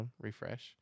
refresh